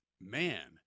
man